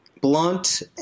Blunt